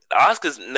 Oscar's